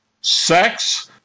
Sex